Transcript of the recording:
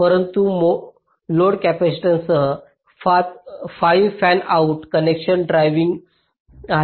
एकूण लोड कॅपेसिटेन्ससह 5 fanout connection driving आहे